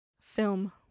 Film